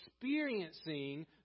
experiencing